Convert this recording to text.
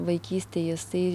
vaikystėj jisai